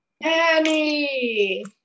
Annie